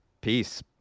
peace